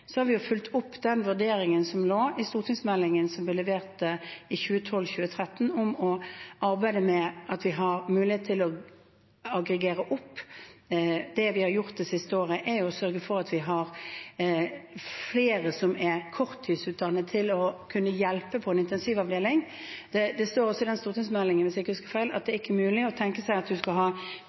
har vi fulgt opp den vurderingen som lå i stortingsmeldingen som ble levert i 2012–2013, om å arbeide med muligheten til å aggregere opp. Det vi har gjort det siste året, er å sørge for at vi har flere som er korttidsutdannet til å kunne hjelpe på en intensivavdeling. Det står også i den stortingsmeldingen, hvis jeg ikke husker feil, at det ikke er mulig å tenke seg at man skal ha kapasitet til å ha fullverdig intensivbehandling for en stor tilstrømning med en gang, og derfor må man ha